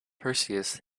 perseus